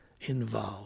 involved